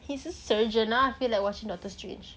he's a surgeon now I feel like watching doctor strange